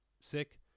sick